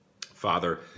Father